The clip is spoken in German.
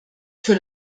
für